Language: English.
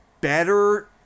better